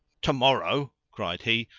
tomorrow, cried he,